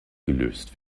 gelöst